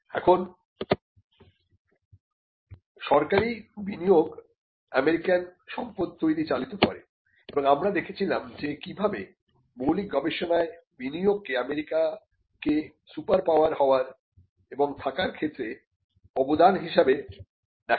এখন সরকারি বিনিয়োগ আমেরিকান সম্পদ তৈরি চালিত করে এবং আমরা দেখেছিলাম যে কিভাবে মৌলিক গবেষণায় বিনিয়োগকে আমেরিকাকে কে সুপারপাওয়ার হওয়ার এবং থাকার ক্ষেত্রে অবদান হিসাবে দেখা হয়